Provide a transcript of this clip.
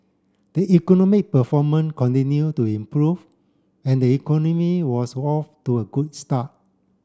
the economic performance continued to improve and the economy was off to a good start